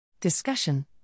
Discussion